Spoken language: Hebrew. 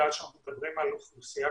אלי אישית